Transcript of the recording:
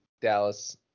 Dallas